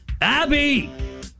Abby